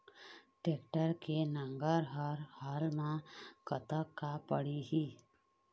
Tractor के नांगर हर हाल मा कतका पड़िही?